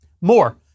More